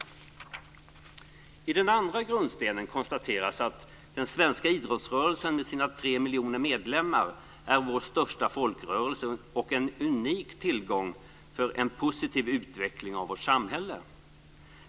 I fråga om den andra grundstenen konstateras det att den svenska idrottsrörelsen med sina 3 miljoner medlemmar är vår största folkrörelse och en unik tillgång för en positiv utveckling av vårt samhälle.